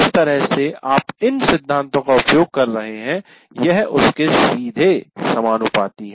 जिस तरह से आप इन सिद्धांतों का उपयोग कर रहे हैं यह उसके सीधे समानुपाती है